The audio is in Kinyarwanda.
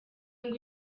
ngo